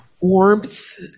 warmth